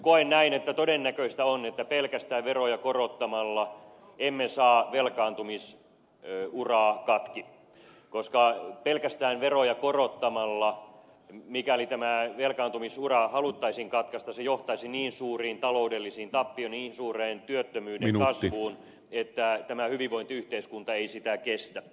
koen näin että todennäköistä on että pelkästään veroja korottamalla emme saa velkaantumisuraa katki koska pelkästään veroja korottamalla mikäli tämä velkaantumisura haluttaisiin katkaista se johtaisi niin suuriin taloudellisiin tappioihin niin suureen työttömyyden kasvuun että tämä hyvinvointiyhteiskunta ei sitä kestä